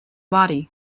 body